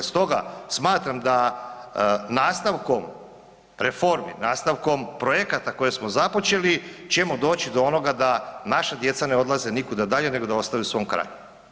Stoga smatram da nastavkom reformi, nastavkom projekata koje smo započeli ćemo doći do onoga da naša djeca ne odlaze nikuda dalje nego da ostaju u svom kraju.